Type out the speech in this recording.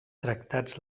tractats